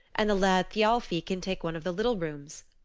and the lad thialfi can take one of the little rooms.